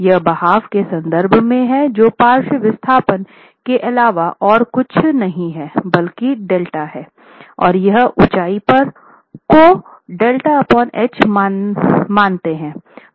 यह बहाव के संदर्भ में है जो पार्श्व विस्थापन के अलावा और कुछ नहीं है बल्कि Δ है और यह उसकी ऊंचाई पर को Δh मानने पर है